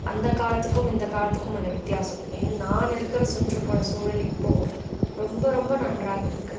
அந்த காலத்துக்கும் இந்த காலத்துக்கும் உள்ள வித்தியாசம் என் நான் இருக்கிற சுற்றுப்புறசூழல் இப்போது ரொம்ப ரொம்ப நன்றாக இருக்குது